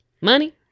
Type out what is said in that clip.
Money